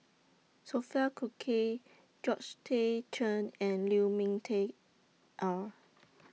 Sophia Cooke Georgette Chen and Lu Ming Teh Earl